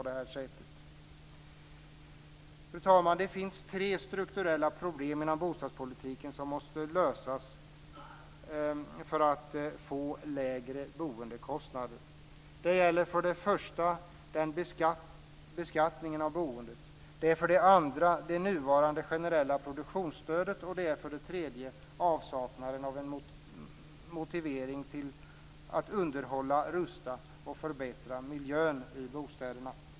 Det finns tre strukturella problem inom bostadspolitiken som måste lösas för att uppnå lägre boendekostnader: För det första beskattningen av boendet, för det andra det nuvarande generella produktionsstödet och för det tredje avsaknaden av en motivering till att underhålla, rusta och förbättra miljön i bostäderna.